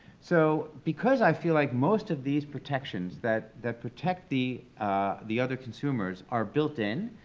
so, because i feel like most of these protections that that protect the the other consumers are built in,